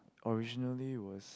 originally was